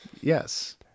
Yes